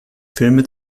filme